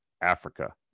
Africa